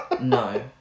No